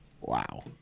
Wow